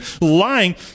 lying